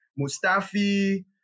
Mustafi